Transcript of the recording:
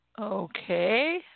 Okay